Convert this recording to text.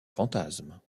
fantasmes